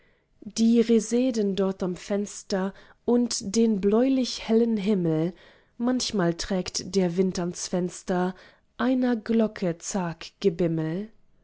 die reseden dort am fenster und den bläulich hellen himmel manchmal trägt der wind ans fenster einer glocke zag gebimmel